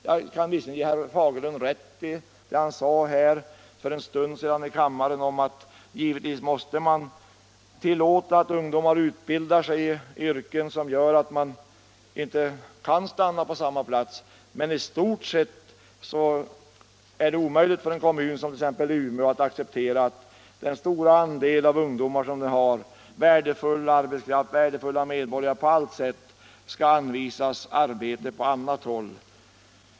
Jag kan visserligen in stämma i herr Fagerlunds yttrande för en stund sedan att man givetvis måste tillåta ungdom att utbilda sig i yrken, som de inte kan utöva annat än om de flyttar bort från orten, men i stort sett är det omöjligt för en kommun som t.ex. Umeå att acceptera att den stora andel ungdomar som vi har — värdefull arbetskraft och på allt sätt värdefulla medborgare — skall anvisas arbete på annat håll.